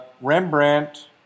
Rembrandt